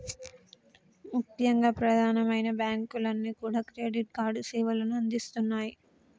ముఖ్యంగా ప్రధానమైన బ్యాంకులన్నీ కూడా క్రెడిట్ కార్డు సేవలను అందిస్తున్నాయి